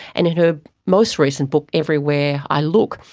and in her most recent book, everywhere i look,